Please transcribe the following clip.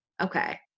Okay